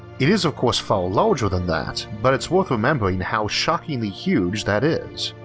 it is of course far larger than that, but it's worth remembering how shockingly huge that is.